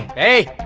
hey,